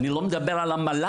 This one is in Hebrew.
אני לא מדבר על המל"ג,